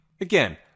Again